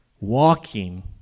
walking